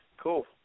cool